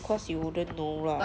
course you wouldn't know lah